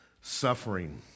suffering